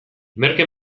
merke